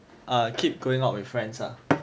err keep going out with friends ah